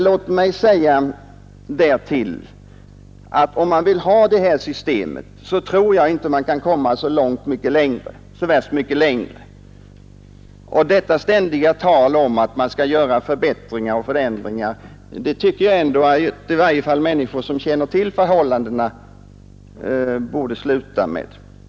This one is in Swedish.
Låt mig säga att jag tror att man, om man vill ha kvar det nuvarande systemet, inte kan komma så värst mycket längre i vad gäller modifieringar. Detta ständiga tal om att göra förbättringar och förändringar tycker jag att i varje fall människor som känner till förhållandena borde sluta med.